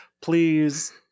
Please